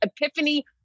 epiphany